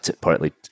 partly